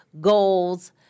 goals